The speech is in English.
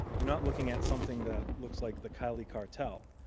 you're not looking at something that looks like the cali cartel.